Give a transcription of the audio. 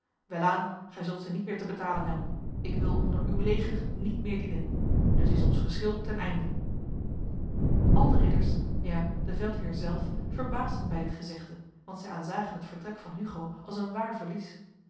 welaan gij zult ze niet meer te betalen hebben ik wil onder uw leger niet meer dienen dus is ons geschil ten einde al de ridders ja de veldheer zelf verbaasden bij dit gezegde want zij aanzagen het vertrek van hugo als een waar verlies